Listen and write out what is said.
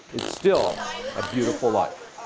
it's still a beautiful life,